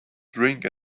drink